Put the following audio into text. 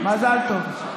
מזל טוב.